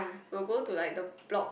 we will go to like the block